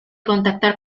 contactar